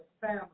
family